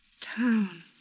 town